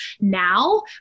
now